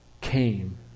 came